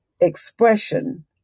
expression